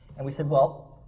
and we said, well,